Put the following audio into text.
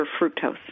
fructose